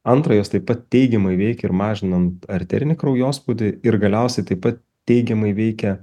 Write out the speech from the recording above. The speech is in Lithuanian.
antra jos taip pat teigiamai veikia ir mažinant arterinį kraujospūdį ir galiausiai taip pat teigiamai veikia